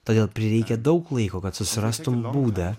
todėl prireikė daug laiko kad susirastum būdą